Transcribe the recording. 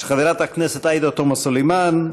של חברת הכנסת עאידה תומא סלימאן.